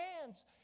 hands